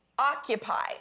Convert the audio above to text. occupy